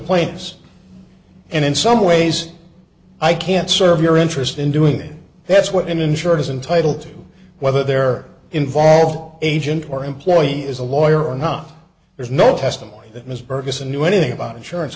pointless and in some ways i can't serve your interest in doing it that's what insurance entitle to whether they're involved agent or employee is a lawyer or not there's no testimony that ms burgess knew anything about insurance